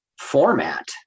format